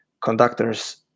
conductors